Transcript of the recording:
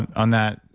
on that.